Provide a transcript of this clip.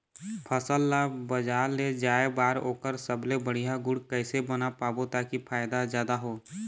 फसल ला बजार ले जाए बार ओकर सबले बढ़िया गुण कैसे बना पाबो ताकि फायदा जादा हो?